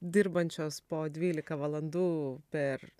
dirbančios po dvylika valandų per